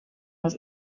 was